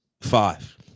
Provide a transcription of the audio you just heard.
five